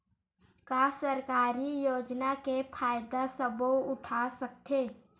का सरकारी योजना के फ़ायदा सबो उठा सकथे?